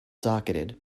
docketed